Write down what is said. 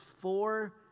four